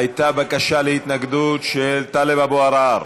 הייתה בקשה להתנגדות של טלב אבו עראר.